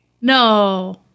no